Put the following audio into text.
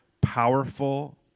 powerful